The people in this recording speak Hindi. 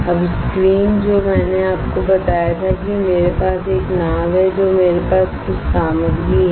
अब स्क्रीन जो मैंने आपको बताया था कि मेरे पास एक नाव है जो मेरे पास कुछ सामग्री है